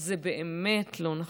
זה באמת לא נכון.